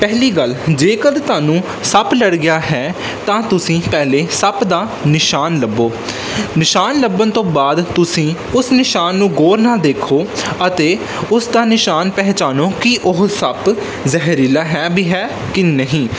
ਪਹਿਲੀ ਗੱਲ ਜੇਕਰ ਤੁਹਾਨੂੰ ਸੱਪ ਲੜ ਗਿਆ ਹੈ ਤਾਂ ਤੁਸੀਂ ਪਹਿਲਾਂ ਸੱਪ ਦਾ ਨਿਸ਼ਾਨ ਲੱਭੋ ਨਿਸ਼ਾਨ ਲੱਭਣ ਤੋਂ ਬਾਅਦ ਤੁਸੀਂ ਉਸ ਨਿਸ਼ਾਨ ਨੂੰ ਗੌਰ ਨਾਲ ਦੇਖੋ ਅਤੇ ਉਸ ਦਾ ਨਿਸ਼ਾਨ ਪਹਿਚਾਣੋ ਕਿ ਉਹ ਸੱਪ ਜ਼ਹਿਰੀਲਾ ਹੈ ਵੀ ਹੈ ਕਿ ਨਹੀਂ